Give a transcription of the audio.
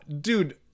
dude